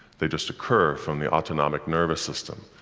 they just occur from the autonomic nervous system.